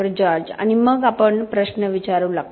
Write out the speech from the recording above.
George आणि मग आपण प्रश्न विचारू लागतो